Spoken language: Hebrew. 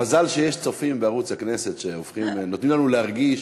מזל שיש צופים בערוץ הכנסת, שנותנים לנו להרגיש